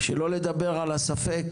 שלא לדבר על הספק